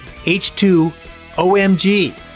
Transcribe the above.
H2OMG